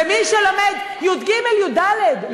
ומי שלומד י"ג י"ד,